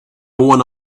one